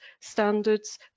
standards